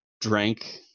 drank